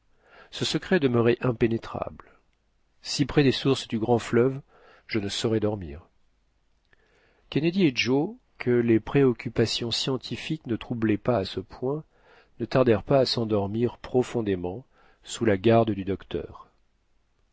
ce secret demeuré impénétrable si prés des sources du grand fleuve je ne saurais dormir kennedy et joe que les préoccupations scientifiques ne troublaient pas à ce point ne tardèrent pas à s'endormir profondément sous la garde du docteur